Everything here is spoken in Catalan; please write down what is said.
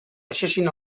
deixessin